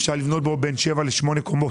אפשר לבנות בו בין 7 ל-8 קומות